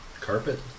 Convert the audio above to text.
carpet